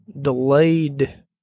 delayed